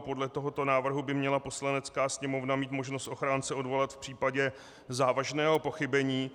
Podle tohoto návrhu by měla Poslanecká sněmovna mít možnost ochránce odvolat v případě závažného pochybení.